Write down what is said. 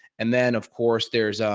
and then of course, there's